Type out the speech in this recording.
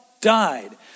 died